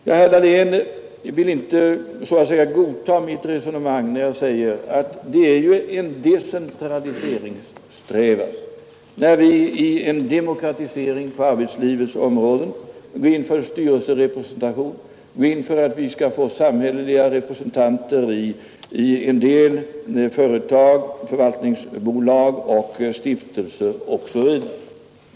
Herr Dahlén vill inte godta mitt resonemang om att det är en decentraliseringssträvan, när vi i en demokratisering på arbetslivets område går in för styrelserepresentation, samhälleliga representanter i en del företag, förvaltningsbolag, stiftelser osv.